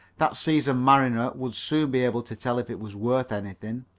that seasoned mariner would soon be able to tell if it was worth anything.